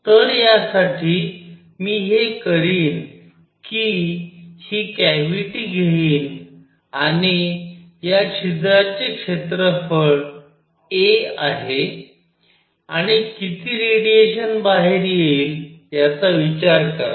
तर यासाठी मी हे करीन की ही कॅव्हिटी घेईन आणि या छिद्राचे क्षेत्रफळ a आहे आणि किती रेडिएशन बाहेर येईल याचा विचार करा